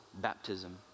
baptism